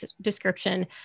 description